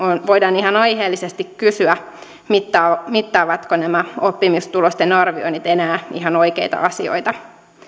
voidaan ihan aiheellisesti kysyä mittaavatko mittaavatko nämä oppimistulosten arvioinnit enää ihan oikeita asioita